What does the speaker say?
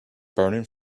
burning